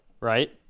right